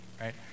right